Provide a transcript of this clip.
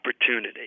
opportunity